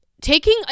taking